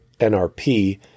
NRP